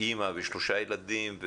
אימא ושלושה ילדים,